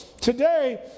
today